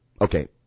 okay